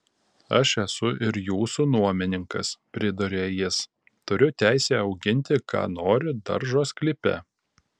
aš esu ir jūsų nuomininkas priduria jis turiu teisę auginti ką noriu daržo sklype